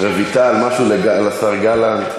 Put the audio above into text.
רויטל, משהו לשר גלנט?